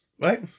Right